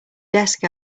desk